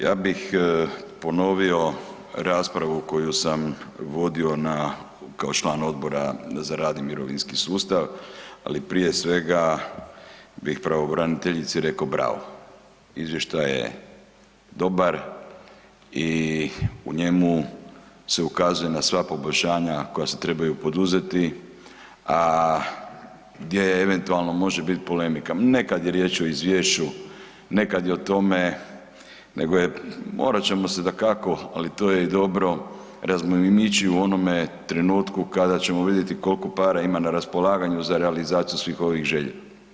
Ja bih ponovio raspravu koju sam vodio kao član Odbora za rad i mirovinski sustav ali prije svega bih pravobraniteljici rekao „bravo“, izvještaj je dobar i u njemu se ukazuje na sva poboljšanja koje se trebaju poduzeti a gdje eventualno može biti polemika, ne kad je riječ o izvješću, ne kad je o tome nego je morat ćemo se dakako, ali to je i dobro, razmimoići u onome trenutku kada ćemo vidjeti koliko para ima na raspolaganju za realizaciju svih ovih želja.